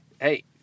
hey